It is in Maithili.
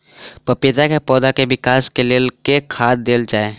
पपीता केँ पौधा केँ विकास केँ लेल केँ खाद देल जाए?